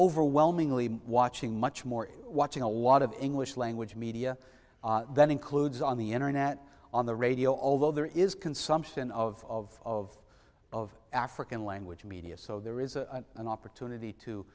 overwhelmingly watching much more watching a lot of english language media that includes on the internet on the radio although there is consumption of of african language media so there is a an opportunity to